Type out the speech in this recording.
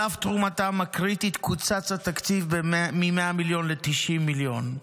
על אף תרומתם הקריטית קוצץ התקציב מ-100 מיליון ל-90 מיליון,